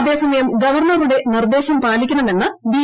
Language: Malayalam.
അതേസമയം ഗവർണറുടെ നിർദ്ദേശം പാലിക്കണമെന്ന് ബി